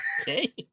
Okay